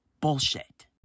bullshit